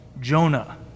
Jonah